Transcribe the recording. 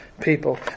people